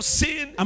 sin